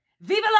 Viva